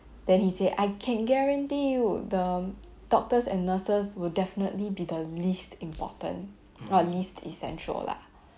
then he say I can guarantee you the doctors and nurses will definitely be the least important not least essential lah